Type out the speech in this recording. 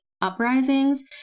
uprisings